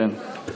כן.